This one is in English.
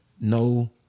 no